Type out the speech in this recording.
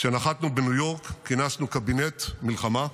כשנחתנו בניו יורק כינסנו קבינט מלחמה,